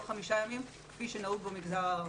חמישה ימים בשבוע כפי שנהוג במגזר הערבי.